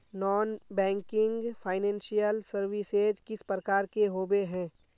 Non banking financial services किस प्रकार के होबे है?